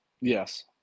Yes